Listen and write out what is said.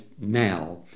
now